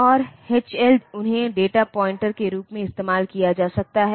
और एच और एल उन्हें डेटा पॉइंटर के रूप में इस्तेमाल किया जा सकता है